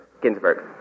Ginsburg